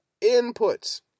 inputs